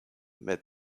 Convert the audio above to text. met